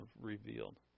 revealed